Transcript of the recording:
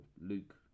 Luke